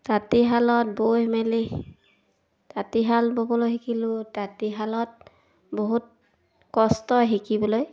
তাঁতীশালত বৈ মেলি তাঁতীশাল ব'বলৈ শিকিলোঁ তাঁতীশালত বহুত কষ্ট শিকিবলৈ